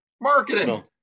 Marketing